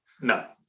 No